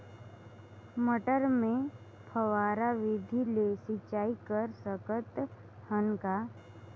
मटर मे फव्वारा विधि ले सिंचाई कर सकत हन का?